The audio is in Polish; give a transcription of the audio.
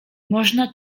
można